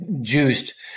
juiced